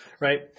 right